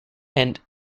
and